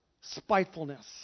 Spitefulness